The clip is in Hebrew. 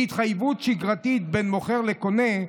בהתחייבות שגרתית בין מוכר לקונה,